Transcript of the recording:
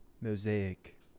Mosaic